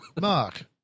Mark